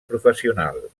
professional